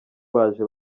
baje